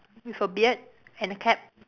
with a beard and a cap